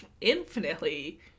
infinitely